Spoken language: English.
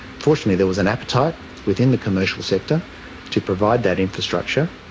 fortunately there was an appetite within the commercial sector to provide that infrastructure,